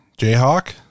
Jayhawk